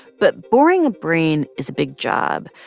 but boring a brain is a big job,